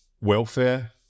Welfare